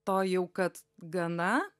to jau kad gana